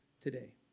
today